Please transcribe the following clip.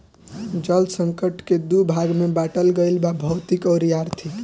जल संकट के दू भाग में बाटल गईल बा भौतिक अउरी आर्थिक